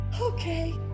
Okay